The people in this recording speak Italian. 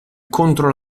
contro